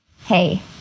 Hey